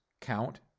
count